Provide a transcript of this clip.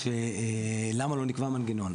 אמרה שלמה לא נקבע מנגנון.